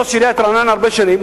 ראש עיריית רעננה הרבה שנים,